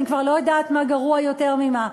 אני כבר לא יודעת מה גרוע יותר ממה.